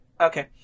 Okay